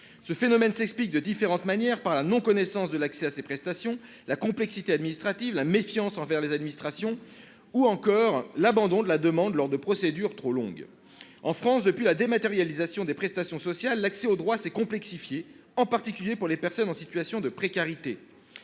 Celui-ci s'explique de différentes manières : non-connaissance de l'accès à ces prestations, complexité administrative, méfiance envers les administrations ou encore abandon de la demande à cause de la longueur des procédures. En France, depuis la dématérialisation des prestations sociales, l'accès aux droits s'est complexifié, en particulier pour les personnes en situation de précarité.